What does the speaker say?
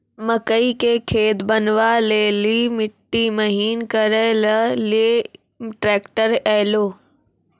मकई के खेत बनवा ले ली मिट्टी महीन करे ले ली ट्रैक्टर ऐलो?